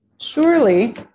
Surely